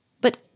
But